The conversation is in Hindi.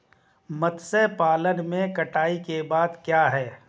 मत्स्य पालन में कटाई के बाद क्या है?